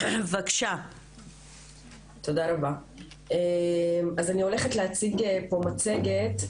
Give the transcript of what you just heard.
אני הולכת להציג פה מצגת,